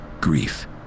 grief